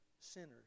sinners